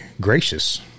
gracious